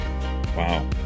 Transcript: Wow